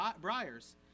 briars